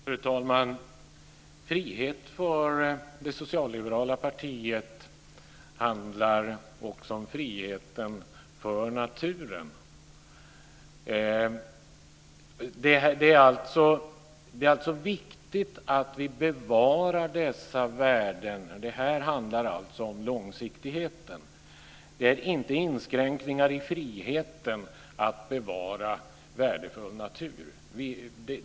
Fru talman! Frihet för det socialliberala partiet handlar också om friheten för naturen. Det är viktigt att vi bevarar dessa värden, och det handlar alltså om långsiktigheten. Det innebär inte inskränkningar i friheten att bevara värdefull natur.